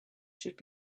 should